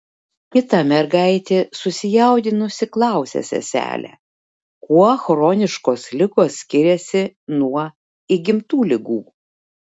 kita mergaitė susijaudinusi klausia seselę kuo chroniškos ligos skiriasi nuo įgimtų ligų